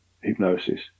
hypnosis